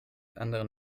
anderen